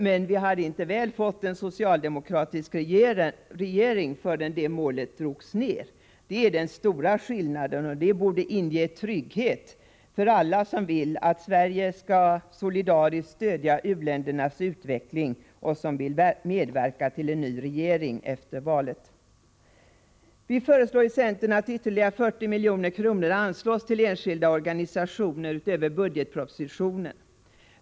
Men vi hade inte väl fått en socialdemokratisk regering förrän det målet drogs ned. Det är den stora skillnaden, och den borde inge trygghet för alla som vill att Sverige solidariskt skall stödja u-ländernas utveckling och som vill medverka till en ny regering efter valet. Vi föreslår i centern att ytterligare 40 milj.kr., utöver budgetpropositionens förslag, anslås till enskilda organisationer.